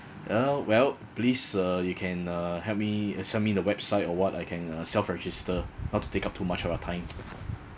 uh well please uh you can uh help me uh send me the website or what I can uh self register not to take up too much of your time